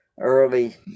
early